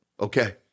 Okay